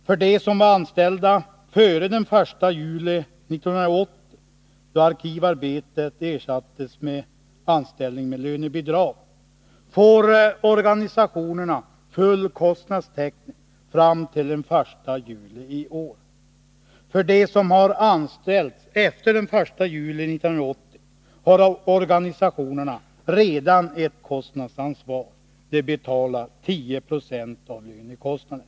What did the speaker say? För dem som var anställda före den 1 juli 1980, då arkivarbetet ersattes med anställning med lönebidrag, får organisationerna full kostnadstäckning fram till den 1 juli i år. För dem som har anställts efter den 1 juli 1980 har organisationerna redan ett kostnadsansvar, de betalar 10 90 av lönekostnaden.